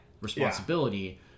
responsibility